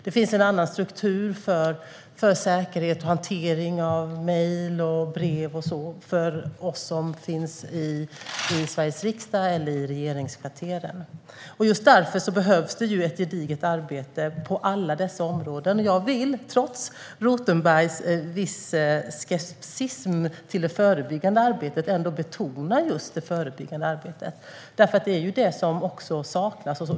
Det finns en annan struktur för säkerhet och hantering av mejl, brev och så vidare för oss som finns i Sveriges riksdag och i regeringskvarteren. Just därför behövs ett gediget arbete på alla dessa områden. Jag vill trots en viss skepticism från Rothenberg till det förebyggande arbetet betona just detta, för det är det som saknas.